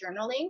journaling